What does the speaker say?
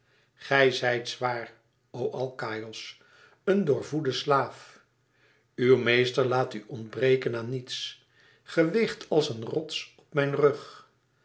gij zijt zwaar o alkaïos een doorvoede slaaf uw meester laat u ontbreken aan niets gij weegt als een rots op mijn rug